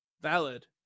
Valid